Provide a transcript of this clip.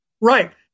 Right